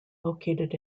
located